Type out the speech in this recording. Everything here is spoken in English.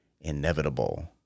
inevitable